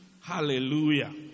Hallelujah